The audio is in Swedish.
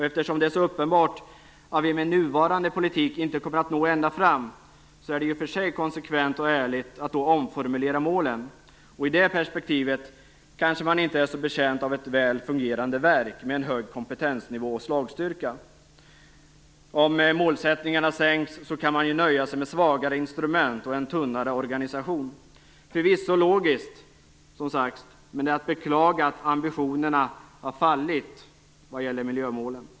Eftersom det är så uppenbart att vi med nuvarande politik inte kommer att nå ända fram, är det ju i och för sig konsekvent och ärligt att omformulera målen. I det perspektivet kanske man inte är så betjänt av ett väl fungerande verk med en hög kompetensnivå och slagstyrka. Om målsättningarna sänks kan man ju nöja sig med svagare instrument och tunnare organisation. Det är som sagt förvisso logiskt, men det är att beklaga att ambitionerna har fallit när det gäller miljömålen.